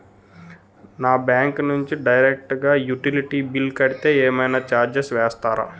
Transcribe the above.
నా బ్యాంక్ నుంచి డైరెక్ట్ గా యుటిలిటీ బిల్ కడితే ఏమైనా చార్జెస్ వేస్తారా?